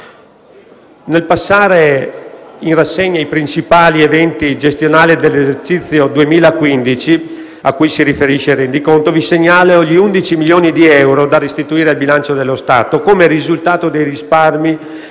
Nel passare in rassegna i principali eventi gestionali dell'esercizio 2015, a cui si riferisce il rendiconto, segnalo gli 11 milioni di euro da restituire al bilancio dello Stato come risultato dei risparmi